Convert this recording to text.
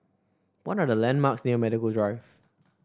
what are the landmarks near Medical Drive